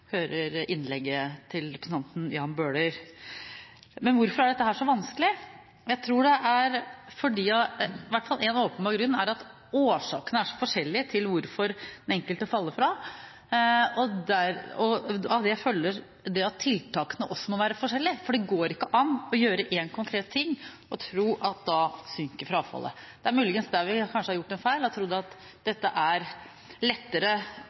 innlegget til representanten Jan Bøhler. Men hvorfor er dette så vanskelig? Jeg tror i hvert fall én åpenbar grunn er at det er så forskjellige årsaker til hvorfor den enkelte faller fra. Av det følger at tiltakene også må være forskjellige, for det går ikke an å gjøre én konkret ting og tro at da synker frafallet. Det er muligens der vi kan ha gjort en feil og trodd at dette er lettere